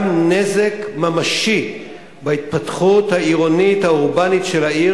נזק ממשי בהתפתחות העירונית האורבנית של העיר,